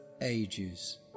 ages